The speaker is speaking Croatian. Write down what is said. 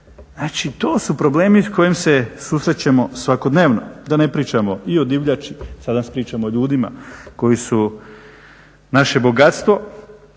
Znači to su problemi s kojim se susrećemo svakodnevno da ne pričamo i o divljači, sada pričamo o ljudima koji su naše bogatstvo,